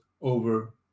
over